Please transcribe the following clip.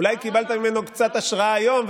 אולי קיבלת ממנו קצת השראה היום,